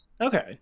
Okay